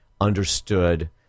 understood